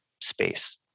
space